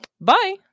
Bye